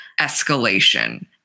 escalation